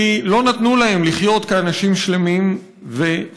כי לא נתנו להם לחיות כאנשים שלמים וחופשיים.